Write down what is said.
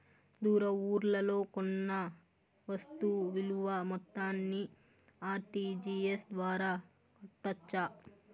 దూర ఊర్లలో కొన్న వస్తు విలువ మొత్తాన్ని ఆర్.టి.జి.ఎస్ ద్వారా కట్టొచ్చా?